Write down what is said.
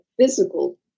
physical